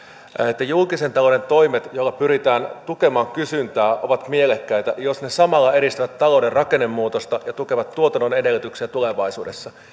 että julkisen talouden toimet joilla pyritään tukemaan kysyntää ovat mielekkäitä jos ne samalla edistävät talouden rakennemuutosta ja tukevat tuotannon edellytyksiä tulevaisuudessa